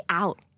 out